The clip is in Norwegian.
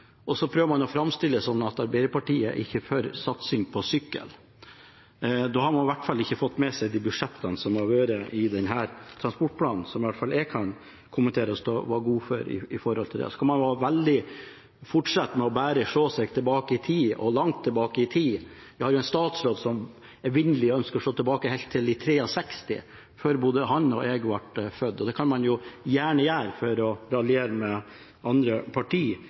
Så prøver man å framstille det slik at Arbeiderpartiet ikke er for satsing på sykkel. Da har man i hvert fall ikke fått med seg de budsjettene som har vært i denne transportplanen, som jeg kan gå god for. Og så kan man bare fortsette med å se bakover i tid – langt tilbake i tid. Vi har en statsråd som ønsker å se helt tilbake til 1963, før både han og jeg ble født. Det kan man gjerne gjøre for å raljere med andre